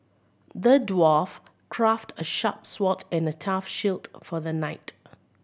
the dwarf crafted a sharp sword and a tough shield for the knight